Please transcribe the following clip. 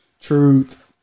Truth